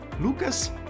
Lucas